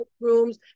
rooms